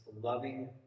loving